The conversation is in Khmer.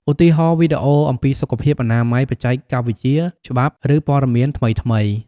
ឧទាហរណ៍ វីដេអូអំពីសុខភាព អនាម័យ បច្ចេកវិទ្យា ច្បាប់ ឬព័ត៌មានថ្មីៗ។